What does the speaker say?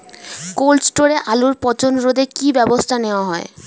Cold স্টোরে আলুর পচন রোধে কি ব্যবস্থা নেওয়া হয়?